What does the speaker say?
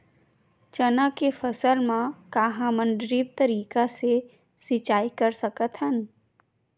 चना के फसल म का हमन ड्रिप तरीका ले सिचाई कर सकत हन?